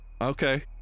okay